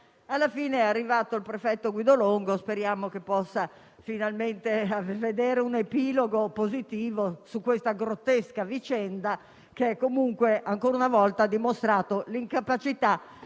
Alla fine è arrivato il prefetto Guido Longo e speriamo che si possa finalmente vedere un epilogo positivo di questa grottesca vicenda, che ancora una volta ha dimostrato l'incapacità